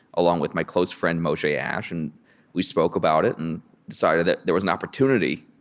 along with my close friend, moshe ash, and we spoke about it and decided that there was an opportunity.